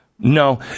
No